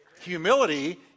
humility